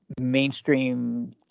mainstream